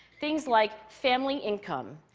things like family income,